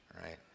right